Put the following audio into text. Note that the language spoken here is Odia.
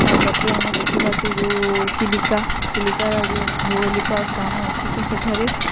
ଆଉ ତା'ପରେ ଆମେ ଦେଖିବା ତ ଯେଉଁ ଚିଲିକା ଚିଲିକାର ଯେଉଁ ଭୌଗଳିକ ସ୍ଥାନ ଅଛି ତ ସେଠାରେ